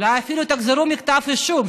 אולי אפילו תחזרו מכתב האישום,